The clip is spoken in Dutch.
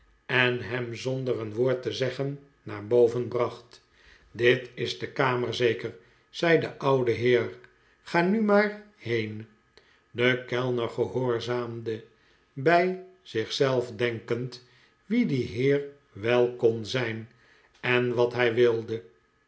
en hem zonder een woord te zeggen naar boven bracht dit is de kamer zeker zei de oude heer ga nu maar heen de kellner gehoorzaamde bij zich zelf denkend wie die heer wel kon zijn en wat hij wilde